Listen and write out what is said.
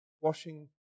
washing